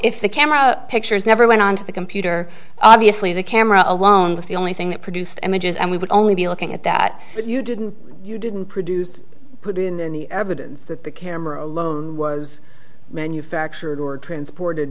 if the camera pictures never went onto the computer obviously the camera alone was the only thing that produced images and we would only be looking at that but you didn't you didn't produce to put in the evidence that the camera was manufactured or transport